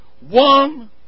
one